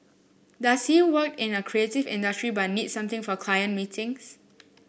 does he work in a creative industry but needs something for client meetings